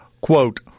Quote